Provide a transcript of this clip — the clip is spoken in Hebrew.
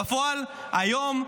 בפועל, היום,